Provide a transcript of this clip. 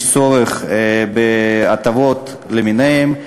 יש צורך בהטבות למיניהן.